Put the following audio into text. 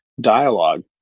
dialogue